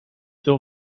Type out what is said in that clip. teu